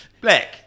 black